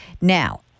now